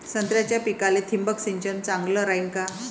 संत्र्याच्या पिकाले थिंबक सिंचन चांगलं रायीन का?